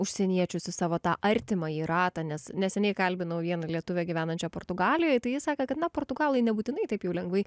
užsieniečius į savo tą artimąjį ratą nes neseniai kalbinau vieną lietuvę gyvenančią portugalijoj tai ji sakė kad na portugalai nebūtinai taip jau lengvai